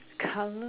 colour